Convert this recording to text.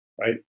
right